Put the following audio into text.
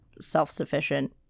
self-sufficient